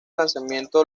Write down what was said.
lanzamiento